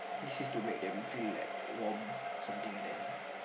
this is to make them feel like warm something like that lah